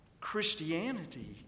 Christianity